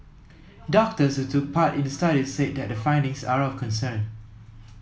doctors who took part in the study said that the findings are of concern